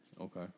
Okay